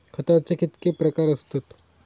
खताचे कितके प्रकार असतत?